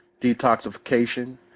detoxification